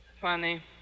Funny